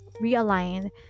realign